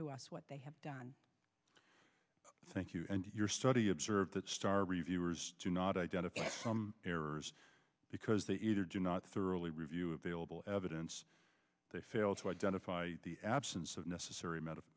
to us what they have done thank you and your study observe that star reviewers do not identify some errors because they either do not thoroughly review available evidence they fail to identify the absence of necessary